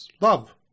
love